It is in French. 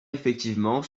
effectivement